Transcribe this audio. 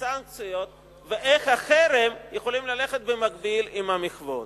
הסנקציות ואיך החרם יכולים ללכת במקביל עם המחוות.